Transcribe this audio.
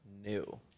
new